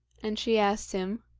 and she asked him,